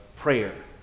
prayer